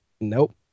Nope